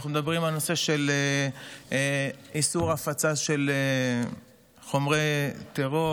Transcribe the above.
אנחנו מדברים על הנושא של איסור הפצה של חומרי טרור